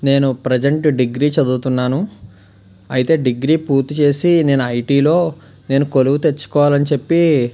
నేను present degree చదువుతున్నాను అయితే డిగ్రీ పూర్తి చేసి నేను ఐటీలో నేను కొలువు తెచ్చుకోవాలని చెప్పి